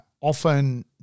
often